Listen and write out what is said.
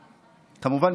כמובן,